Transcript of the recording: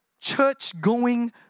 church-going